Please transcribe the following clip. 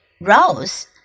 Rose